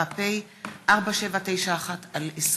שמספרה פ/4791/20.